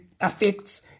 affects